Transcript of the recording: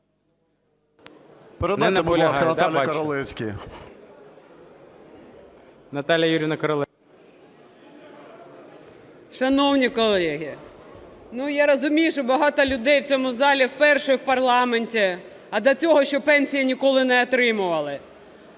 Шановні колеги, я розумію, що багато людей в цій залі вперше в парламенті, а до цього ще пенсії ніколи не отримували.